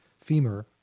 femur